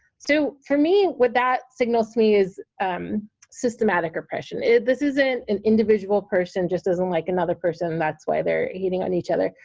so for me, what that signals me is um systemic oppression. this isn't an individual person just doesn't like another person that's why they're hating on each other.